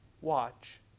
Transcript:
watch